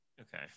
okay